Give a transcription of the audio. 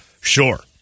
sure